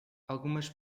algumas